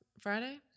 friday